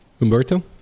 Umberto